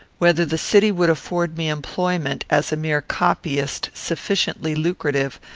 whether the city would afford me employment, as a mere copyist, sufficiently lucrative,